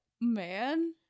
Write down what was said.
man